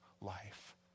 life